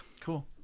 Cool